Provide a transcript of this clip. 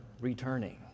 returning